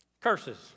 curses